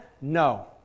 No